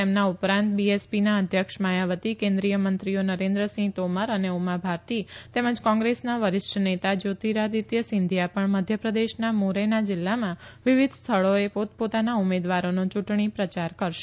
તેમના ઉપરાંત બીએસપીના અધ્યક્ષ માયાવતી કેન્દ્રીય મંત્રીઓ નરેન્દ્રસિંહ તોમર અને ઉમા ભારતી તેમજ કોંગ્રેસના વરિષ્ઠ નેતા જયોતીરાદિત્ય સિંધીયા પણ મધ્ય પ્રદેશના મુરેના જીલ્લામાં વિવિધ સ્થળોએ પોત પોતાના ઉમેદવારોનો યુંટણી પ્રયાર કરશે